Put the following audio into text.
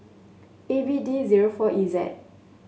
A B D zero four E Z